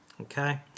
okay